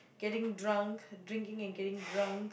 getting drunk drinking and getting drunk